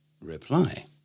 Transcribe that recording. Reply